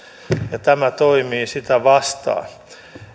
ja tämä toimii sitä vastaan